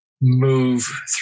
move